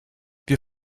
wir